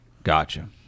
Gotcha